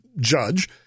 judge